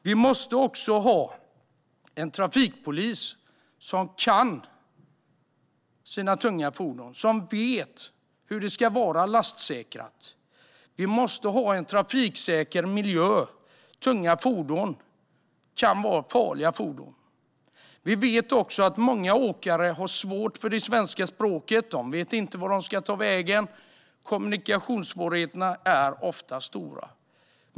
Vi måste också ha en trafikpolis som kan sina tunga fordon och som vet hur de ska vara lastsäkrade. Vi måste ha en trafiksäker miljö. Tunga fordon kan vara farliga. Vi vet att många åkare har svårt för det svenska språket. De vet inte vart de ska ta vägen, och kommunikationssvårigheterna är ofta stora.